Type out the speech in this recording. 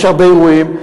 יש הרבה אירועים.